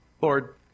Lord